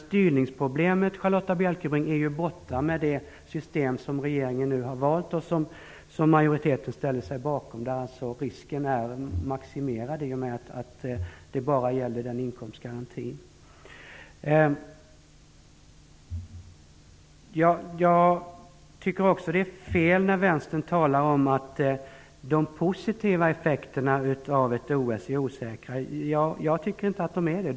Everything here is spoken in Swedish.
Styrningsproblemet är borta, Charlotta Bjälkebring, i och med det system som regeringen har valt och som majoriteten ställer sig bakom. Risken är maximerad i och med att det bara gäller inkomstgarantin. Jag tycker också att det är fel när Vänstern talar om att de positiva effekterna av ett OS är osäkra. Jag tycker inte att de är det.